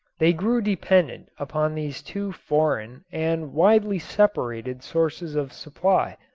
they grew dependent upon these two foreign and widely separated sources of supply.